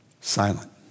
Silent